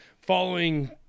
following